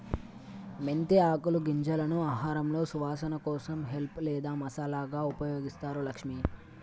మెంతి ఆకులు గింజలను ఆహారంలో సువాసన కోసం హెల్ప్ లేదా మసాలాగా ఉపయోగిస్తారు లక్ష్మి